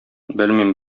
белмим